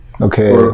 Okay